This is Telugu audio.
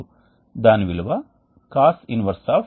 అందుకే దీనిని ఫ్లూయిడ్ కపుల్డ్ హీట్ ఎక్స్ఛేంజర్ అని కూడా అంటారు